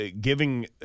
giving